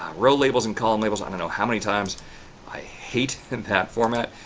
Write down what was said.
row labels and column labels! i don't know how many times i hate and that format,